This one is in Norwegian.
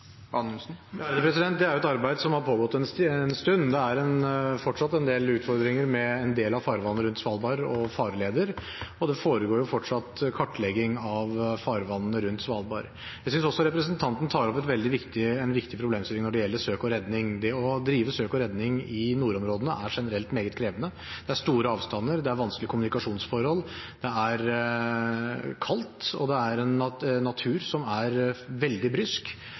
Det er et arbeid som har pågått en stund. Det er fortsatt en del utfordringer med en del av farvannet rundt Svalbard og med farleder, og det foregår fortsatt kartlegging av farvannet rundt Svalbard. Jeg synes representanten tar opp en veldig viktig problemstilling når det gjelder søk og redning. Det å drive søk og redning i nordområdene er generelt meget krevende. Det er store avstander og vanskelige kommunikasjonsforhold, det er kaldt, og det er en natur som er veldig